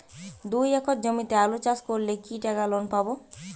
দুই একর জমিতে আলু চাষ করলে কি টাকা লোন পাবো?